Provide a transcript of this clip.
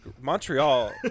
Montreal